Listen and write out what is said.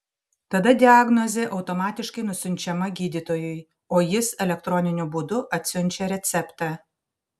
tada diagnozė automatiškai nusiunčiama gydytojui o jis elektroniniu būdu atsiunčia receptą